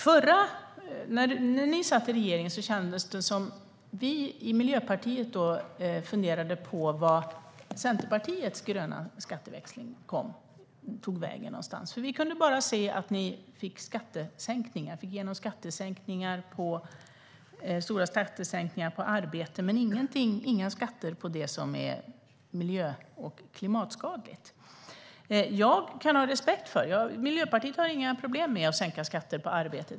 När ni satt i regering funderade vi i Miljöpartiet på vart Centerpartiets gröna skatteväxling tog vägen. Vi kunde bara se att ni fick igenom stora skattesänkningar på arbete. Det infördes inga skatter på det som är miljö och klimatskadligt. Jag kan ha respekt för detta. Miljöpartiet har inga problem med att till exempel sänka skatter på arbete.